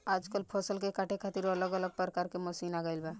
आजकल फसल के काटे खातिर अलग अलग प्रकार के मशीन आ गईल बा